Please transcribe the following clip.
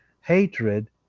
hatred